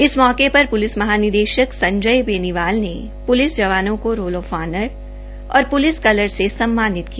इस मौके पर पूलिस महानिदेशक संजय बेनीवाल में पूलिस जवानों को रोडल आफ ऑनर और प्लिस कलर से सम्मानित किया